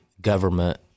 government